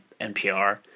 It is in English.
NPR